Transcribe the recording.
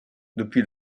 depuis